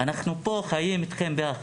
אנחנו חיים אתכם יחד,